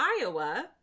Iowa